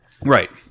Right